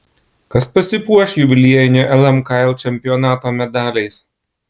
kas pasipuoš jubiliejinio lmkl čempionato medaliais